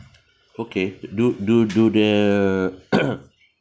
okay do do do the